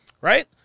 right